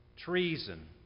Treason